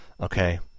Okay